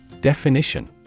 Definition